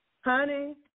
Honey